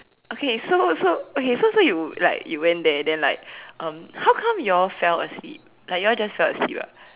okay so so okay so so you like you went there then like um how come you all fell asleep like you all just fell asleep ah